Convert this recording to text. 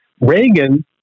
Reagan